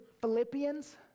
Philippians